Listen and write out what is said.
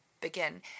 begin